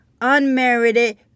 unmerited